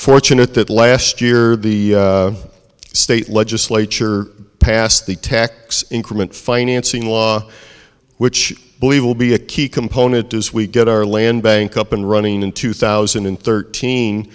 fortunate that last year the state legislature passed the tax increment financing law which believe will be a key component as we get our land bank up and running in two thousand and thirteen